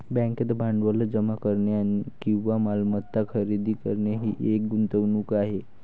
बँकेत भांडवल जमा करणे किंवा मालमत्ता खरेदी करणे ही एक गुंतवणूक आहे